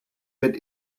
wird